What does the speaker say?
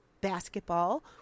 basketball